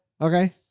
Okay